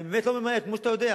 אני באמת לא ממהר, כמו שאתה יודע.